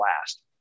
last